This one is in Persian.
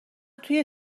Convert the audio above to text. توی